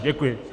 Děkuji.